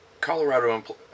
Colorado